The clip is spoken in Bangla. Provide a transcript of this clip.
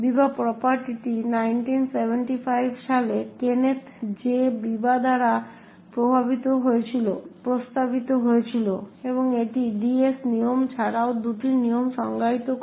বিবা প্রপার্টিটি 1975 সালে কেনেথ জে বিবা দ্বারা প্রস্তাবিত হয়েছিল এবং এটি ডিএস নিয়ম ছাড়াও দুটি নিয়ম সংজ্ঞায়িত করে